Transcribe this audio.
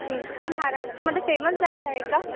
हां महाराष्ट्रामदे famous dance आहे का